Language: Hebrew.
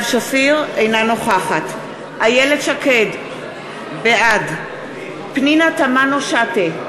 אינה נוכחת איילת שקד, בעד פנינה תמנו-שטה,